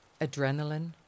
adrenaline